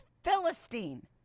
Philistine